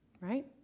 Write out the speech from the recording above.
right